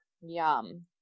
Yum